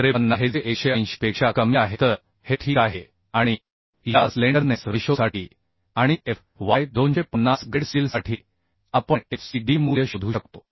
53आहे जे 180 पेक्षा कमी आहे तर हे ठीक आहे आणि या स्लेंडरनेस रेशोसाठी आणि Fy 250 ग्रेड स्टीलसाठी आपण FCD मूल्य शोधू शकतो